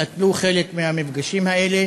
נטלו חלק במפגשים האלה